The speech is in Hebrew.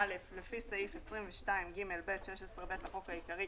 (א)לפי סעיף 22ג(ב)(16ב) לחוק העיקרי,